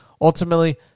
ultimately